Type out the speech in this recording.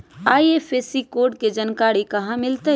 IFSC code के जानकारी कहा मिलतई